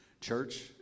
Church